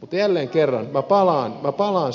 mutta jälleen kerran minä palaan